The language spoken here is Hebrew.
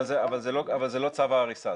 אבל זה לא צו ההריסה.